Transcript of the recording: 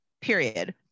period